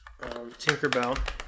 Tinkerbell